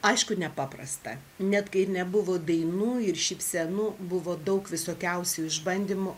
aišku nepaprasta net kai ir nebuvo dainų ir šypsenų buvo daug visokiausių išbandymų